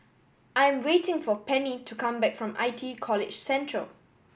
I am waiting for Penny to come back from I T E College Central